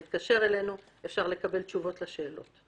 אפשר להתקשר אלינו ולקבל תשובות לשאלות.